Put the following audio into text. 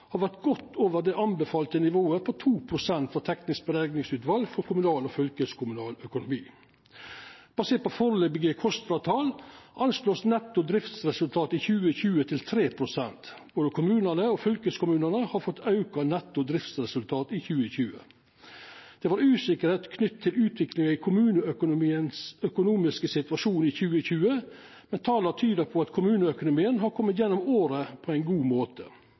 har vore godt over det anbefalte nivået på 2 pst. frå det tekniske berekningsutvalet for kommunal og fylkeskommunal økonomi. Basert på foreløpige KOSTRA-tal vert netto driftsresultat i 2020 anslått til 3 pst. Både kommunane og fylkeskommunane har fått auka netto driftsresultat i 2020. Det var usikkerheit knytt til utviklinga i den økonomiske situasjonen til kommunane i 2020, men tala tyder på at kommuneøkonomien har kome gjennom året på ein god måte.